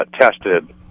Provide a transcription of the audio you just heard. tested